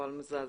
בפועל מזעזע.